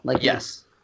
Yes